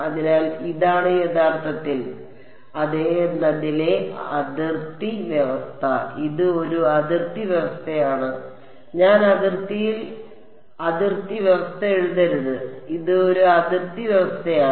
അതിനാൽ ഇതാണ് യഥാർത്ഥത്തിൽ അതെ എന്നതിലെ അതിർത്തി വ്യവസ്ഥ ഇത് ഒരു അതിർത്തി വ്യവസ്ഥയാണ് ഞാൻ അതിർത്തിയിൽ അതിർത്തി വ്യവസ്ഥ എഴുതരുത് ഇത് ഒരു അതിർത്തി വ്യവസ്ഥയാണ്